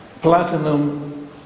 platinum